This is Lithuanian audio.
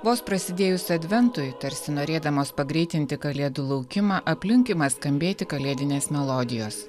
vos prasidėjus adventui tarsi norėdamos pagreitinti kalėdų laukimą aplink ima skambėti kalėdinės melodijos